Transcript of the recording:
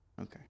Okay